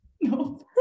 No